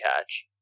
catch